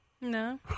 No